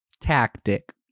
tactic